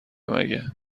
مگه